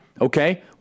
Okay